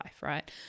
right